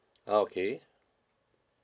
ah okay